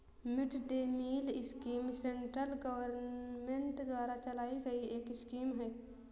mid day meal scheme central government द्वारा चलाई गई एक स्कीम है